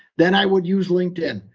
then i would use linkedin.